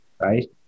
Right